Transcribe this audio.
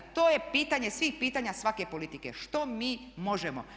To je pitanje svih pitanja svake politike što mi možemo.